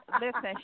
listen